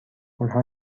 آنها